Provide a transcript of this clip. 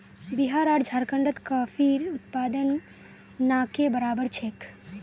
बिहार आर झारखंडत कॉफीर उत्पादन ना के बराबर छेक